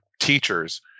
teachers